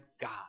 God